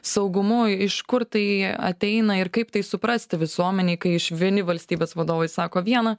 saugumu iš kur tai ateina ir kaip tai suprasti visuomenei kai iš vieni valstybės vadovai sako vieną